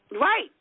Right